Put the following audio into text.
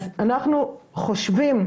אז אנחנו חושבות